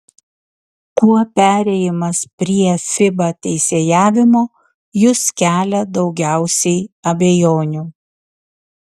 kuo perėjimas prie fiba teisėjavimo jus kelia daugiausiai abejonių